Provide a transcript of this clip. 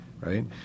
right